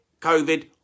COVID